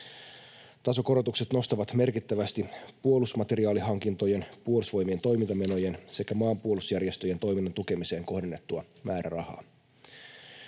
Tasokorotukset nostavat merkittävästi puolustusmateriaalihankintojen, Puolustusvoimien toimintamenojen sekä maanpuolustusjärjestöjen toiminnan tukemiseen kohdennettua määrärahaa.